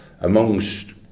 amongst